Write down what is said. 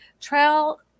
trail